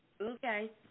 okay